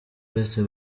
uretse